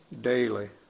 daily